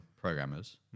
programmers